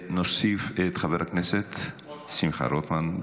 נוסיף את חבר הכנסת שמחה רוטמן.